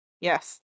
Yes